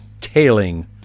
tailing